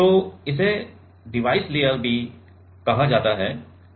तो इसे device layer भी कहा जाता है